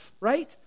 right